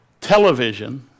television